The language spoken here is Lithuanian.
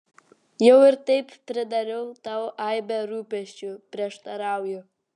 jau ir taip pridariau tau aibę rūpesčių prieštarauju